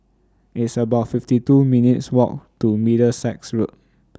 It's about fifty two minutes' Walk to Middlesex Road